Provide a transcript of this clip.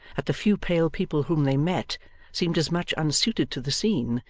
that the few pale people whom they met seemed as much unsuited to the scene,